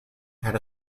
had